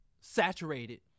saturated